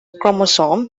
chromosome